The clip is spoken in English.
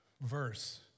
verse